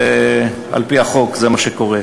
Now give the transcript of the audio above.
ועל-פי החוק זה מה שקורה.